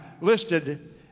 listed